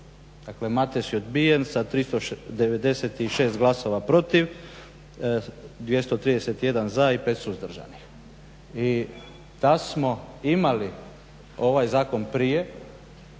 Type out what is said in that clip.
dakle Mates je odbijen sa 396 glasova protiv, 231 za i 5 suzdržanih. I da smo imali ovaj zakon prije